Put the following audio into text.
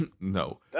No